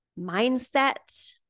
mindset